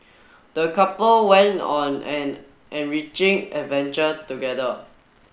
the couple went on an enriching adventure together